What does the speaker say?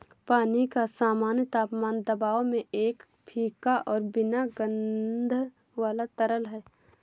पानी का सामान्य तापमान दबाव में एक फीका और बिना गंध वाला तरल है